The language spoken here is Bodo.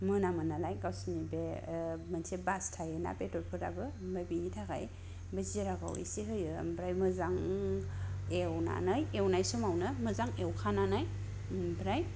मोनामो नालाय गावसिनि बे मोनसे बास थायोना बेदरफोराबो आमफ्राय बिनि थाखाय बे जिराखौ एसे होयो आमफ्राय मोजां एवनानै एवनाय समावनो मोजां एवखानानै आमफ्राय